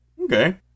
Okay